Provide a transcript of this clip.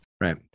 right